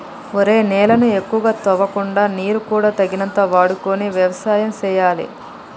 ఒరేయ్ నేలను ఎక్కువగా తవ్వకుండా నీరు కూడా తగినంత వాడుకొని యవసాయం సేయాలి